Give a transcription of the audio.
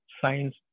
science